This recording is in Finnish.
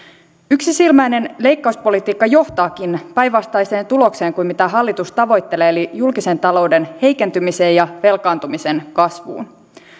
yksisilmäinen leikkauspolitiikka johtaakin päinvastaiseen tulokseen kuin hallitus tavoittelee eli julkisen talouden heikentymiseen ja velkaantumisen kasvuun